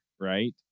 right